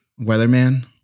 Weatherman